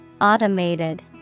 Automated